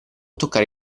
toccare